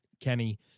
Kenny